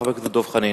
חבר הכנסת דב חנין.